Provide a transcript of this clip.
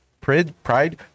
Pride